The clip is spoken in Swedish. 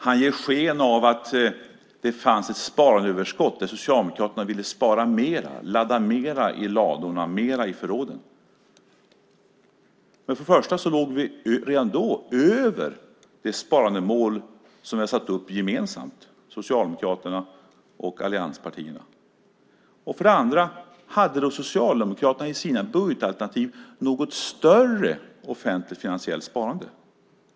Han ger sken av att det fanns ett sparandeöverskott och att Socialdemokraterna ville spara mer, ladda mer i ladorna, mer i förråden. För det första låg vi redan då över det sparandemål som vi satt upp gemensamt, Socialdemokraterna och allianspartierna. För det andra, hade Socialdemokraterna i sina budgetalternativ något större offentligt sparande?